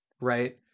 right